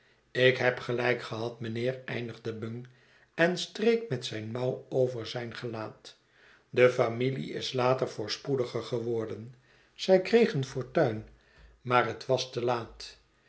ik heb gelijk gehad mijnheer eindigde bung en street met zijn mouw over zijn gelaat de familie is later voorspoediger geworden zij kregen fortuin maar het was te laat